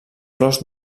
flors